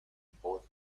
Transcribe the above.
both